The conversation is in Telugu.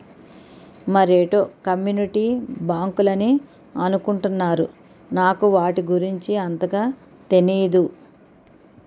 మరేటో కమ్యూనిటీ బ్యాంకులని అనుకుంటున్నారు నాకు వాటి గురించి అంతగా తెనీదు